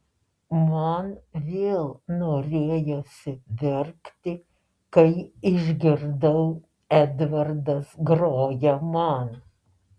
man vėl norėjosi verkti kai išgirdau edvardas groja man